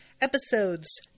episodes